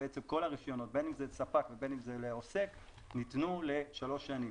כל הרישיונות - בין אם זה ספק ובין אם זה לעוסק ניתנו לשלוש שנים.